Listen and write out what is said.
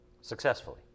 Successfully